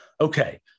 Okay